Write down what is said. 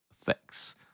Effects